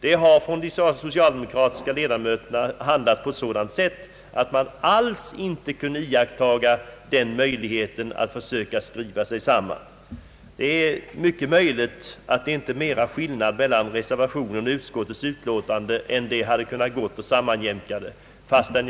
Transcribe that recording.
De socialdemokratiska ledamöterna handlade på sådant sätt att det inte fanns någon möjlighet att försöka skriva sig samman, Skillnaden mellan reservanterna och utskottsmajoriteten är dock kanske inte större än att det hade funnits förutsättningar för en sammanjämkning.